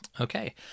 Okay